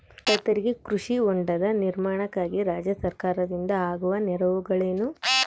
ರೈತರಿಗೆ ಕೃಷಿ ಹೊಂಡದ ನಿರ್ಮಾಣಕ್ಕಾಗಿ ರಾಜ್ಯ ಸರ್ಕಾರದಿಂದ ಆಗುವ ನೆರವುಗಳೇನು?